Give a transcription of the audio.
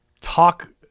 talk